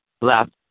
left